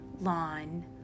lawn